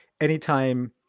Anytime